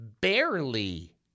barely